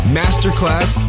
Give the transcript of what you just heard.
masterclass